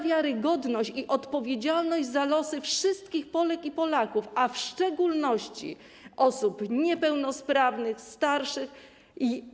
Wiarygodność i odpowiedzialność za losy wszystkich Polek i Polaków, a w szczególności osób niepełnosprawnych, starszych.